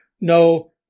No